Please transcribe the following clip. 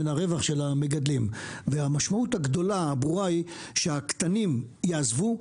הרווח של המגדלים והמשמעות הגדולה הברורה היא שהקטנים יעזבו,